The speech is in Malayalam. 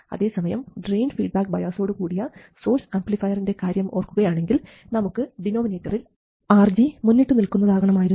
അതേസമയം ഡ്രയിൻ ഫീഡ്ബാക്ക് ബയാസോടു കൂടിയ സോഴ്സ് ആംപ്ലിഫയറിൻറെ കാര്യം ഓർക്കുകയാണെങ്കിൽ നമുക്ക് ഡിനോമിനേറ്ററിൽ RG മുന്നിട്ടു നിൽക്കുന്നതാകണമായിരുന്നു